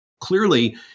Clearly